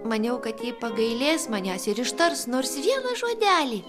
maniau kad ji pagailės manęs ir ištars nors vieną žodelį